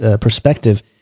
perspective